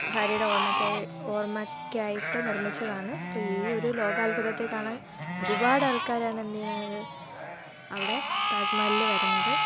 ഭാര്യയുടെ ഓർമ്മക്കായി ഓർമ്മക്കായിട്ട് നിർമ്മിച്ചതാണ് ഇപ്പോൾ ഈ ഒരു ലോകാത്ഭുതത്തെ കാണാൻ ഒരുപാട് ആൾക്കാരാണ് എന്ത് ചെയ്യുന്നത് അവിടെ താജ് മഹലിൽ വരുന്നത്